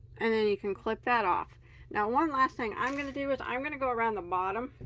and then you can clip that off now one last thing i'm gonna do is i'm gonna go around the bottom